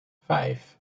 vijf